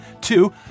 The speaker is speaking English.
Two